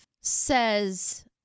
says